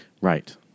Right